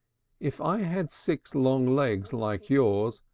if i had six long legs like yours,